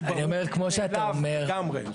זה ברור מאליו לגמרי.